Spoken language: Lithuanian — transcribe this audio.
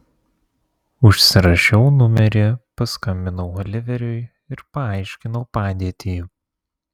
užsirašiau numerį paskambinau oliveriui ir paaiškinau padėtį